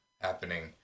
happening